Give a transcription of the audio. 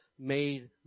made